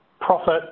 profit